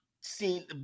seen –